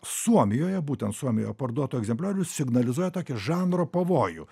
suomijoje būtent suomijoje parduotų egzempliorių signalizuoja tokį žanro pavojų